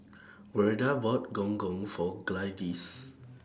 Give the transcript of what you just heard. Verda bought Gong Gong For Gladis